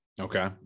Okay